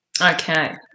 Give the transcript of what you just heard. Okay